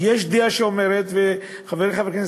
יש לו יכולת לחון את